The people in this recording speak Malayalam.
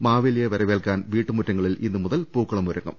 മാവേലിയെ വരവേൽക്കാൻ വീട്ടുമുറ്റങ്ങളിൽ ഇന്നുമുതൽ പൂക്കളമൊരുങ്ങും